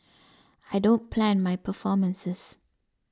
I don't plan my performances